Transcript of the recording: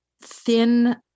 thin